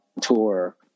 tour